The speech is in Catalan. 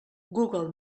google